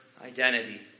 identity